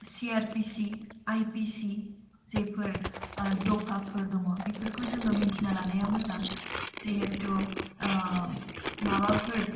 C R P C I P C जेफोर दफाफोर दङ बिफोरखौ जोङो मिनथिना लानाया मोजां जिहेथु माबाफोर